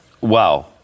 Wow